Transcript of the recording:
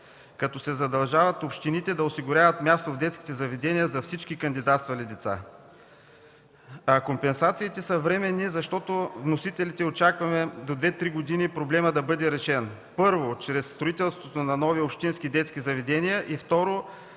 като се задължават общините да осигуряват място в детските заведения за всички кандидатствали деца. Компенсациите са временни, защото вносителите очакваме до две-три години проблемът да бъде решен: първо, чрез строителството на нови общински детски заведения, и, второ,